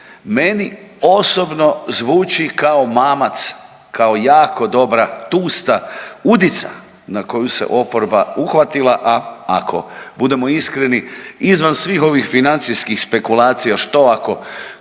Meni osobno zvuči kao mamac, kao jako dobra tusta udica na koju se oporba uhvatila, a ako budemo iskreni izvan svih ovih financijskih spekulacija što ako